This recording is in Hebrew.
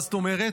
מה זאת אומרת?